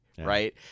Right